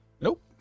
Nope